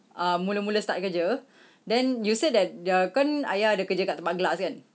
um mula mula start kerja then you said that the kan ayah ada kerja kat tempat glass kan